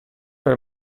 per